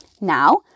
Now